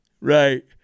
Right